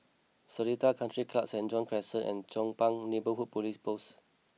Seletar Country Club Saint John's Crescent and Chong Pang Neighbourhood Police Post